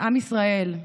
עם ישראל,